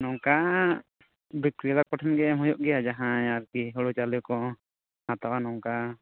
ᱱᱚᱝᱠᱟ ᱵᱤᱠᱨᱮᱛᱟ ᱠᱚᱴᱷᱮᱱᱜᱮ ᱮᱢ ᱦᱩᱭᱩᱜ ᱜᱮᱭᱟ ᱡᱟᱦᱟᱸᱭ ᱟᱨᱠᱤ ᱦᱩᱲᱩ ᱪᱟᱣᱞᱮ ᱠᱚ ᱦᱟᱛᱟᱣᱟ ᱱᱚᱝᱠᱟ